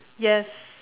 yes